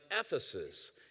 Ephesus